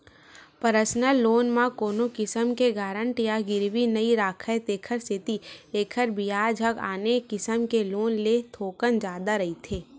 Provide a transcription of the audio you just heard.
personal loan म कोनो किसम के गारंटर या गिरवी नइ राखय तेखर सेती एखर बियाज ह आने किसम के लोन ले थोकिन जादा रहिथे